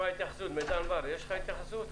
מידן בר, יש לך התייחסות?